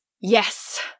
Yes